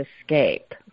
escape